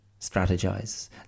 strategize